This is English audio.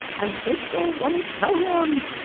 i just don't wanna tell him.